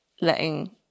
letting